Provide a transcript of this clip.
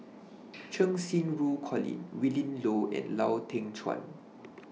Cheng Xinru Colin Willin Low and Lau Teng Chuan